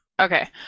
Okay